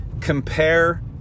compare